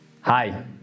Hi